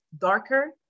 darker